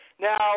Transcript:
Now